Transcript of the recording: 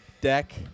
Deck